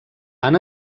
han